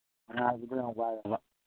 ꯉꯥꯏꯕꯗꯣ ꯌꯥꯝ ꯋꯥꯏꯌꯦꯕ